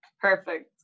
Perfect